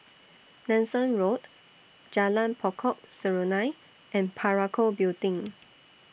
Nanson Road Jalan Pokok Serunai and Parakou Building